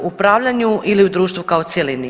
U upravljanju ili u društvu kao cjelini?